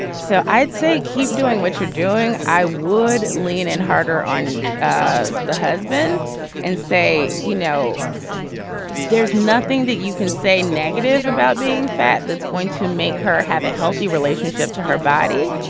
so i'd say keep doing what you're doing i would lean in harder on ah the husband and say you know yeah there's nothing that you can say negative negative about being fat that's going to make her have a healthy relationship to her body.